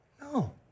no